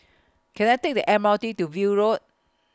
Can I Take The M R T to View Road